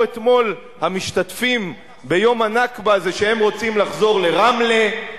אתמול המשתתפים ביום הנכבה זה שהם רוצים לחזור לרמלה,